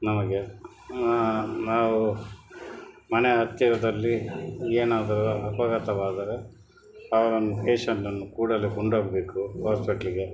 ನಮಗೆ ನಾವು ಮನೆ ಹತ್ತಿರದಲ್ಲಿ ಏನಾದರೂ ಅಪಘಾತವಾದರೆ ಅವರನ್ನು ಪೇಷಂಟನ್ನು ಕೂಡಲೆ ಕೊಂಡೊಗಬೇಕು ಹಾಸ್ಪಿಟ್ಲಿಗೆ